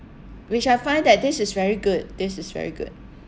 which I find that this is very good this is very good